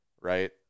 right